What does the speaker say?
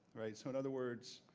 so in other words,